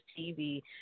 TV